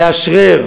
לאשרר,